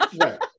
Right